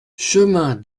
chemin